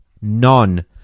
none